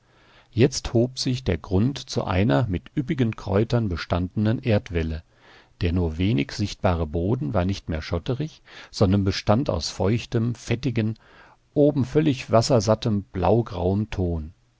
jetzt hob sich der grund zu einer mit üppigen kräutern bestandenen erdwelle der nur wenig sichtbare boden war nicht mehr schotterig sondern bestand aus feuchtem fettigem oben völlig wassersattem blaugrauem ton